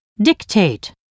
Dictate